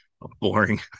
boring